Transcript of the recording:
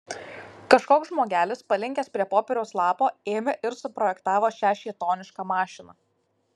kažkoks žmogelis palinkęs prie popieriaus lapo ėmė ir suprojektavo šią šėtonišką mašiną